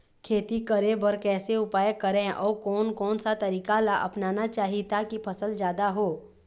खेती करें बर कैसे उपाय करें अउ कोन कौन सा तरीका ला अपनाना चाही ताकि फसल जादा हो?